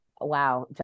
Wow